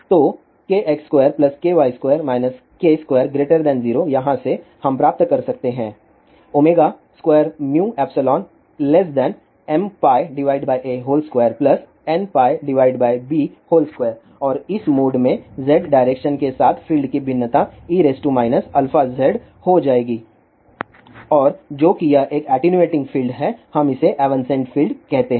तो kx2ky2 k20 यहाँ से हम प्राप्त कर सकते हैं 2μεmπa2nπb2 और इस मोड में z डायरेक्शन के साथ फील्ड की भिन्नता e αzहो जाएगी और जो कि एक एटीन्यूएटिंग फील्ड है हम इसे एवन्सेंट फील्ड कहते हैं